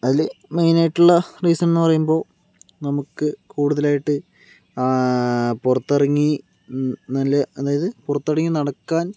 അതില് മെയിനായിട്ടുള്ള റീസൺ എന്നു പറയുമ്പോൾ നമുക്ക് കൂടുതലായിട്ട് പുറത്തിറങ്ങി നല്ല അതായത് പുറത്തിറങ്ങി നടക്കാൻ